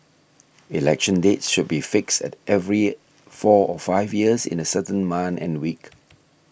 election dates should be fixed at every year four or five years in a certain month and week